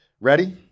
ready